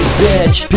bitch